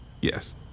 Yes